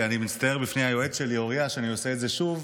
ואני מצטער בפני היועץ שלי אוריה שאני עושה את זה שוב,